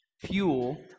fuel